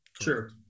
Sure